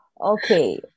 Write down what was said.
Okay